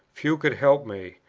few could help me,